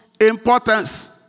importance